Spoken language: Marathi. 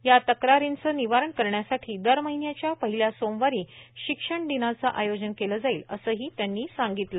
या तक्रारींचं निराकरण करण्यासाठी दर महिन्याच्या पहिल्या सोमवारी शिक्षणदिनाचं आयोजन केलं जाईल असंही त्यांनी सांगितलं